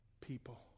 People